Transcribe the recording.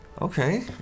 Okay